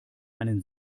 einen